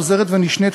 חוזרת ונשנית,